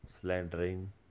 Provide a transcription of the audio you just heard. slandering